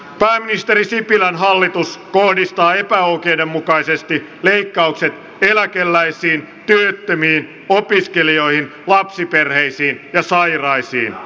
pääministeri sipilän hallitus kohdistaa epäoikeudenmukaisesti leikkaukset eläkeläisiin työttömiin opiskelijoihin lapsiperheisiin ja sairaisiin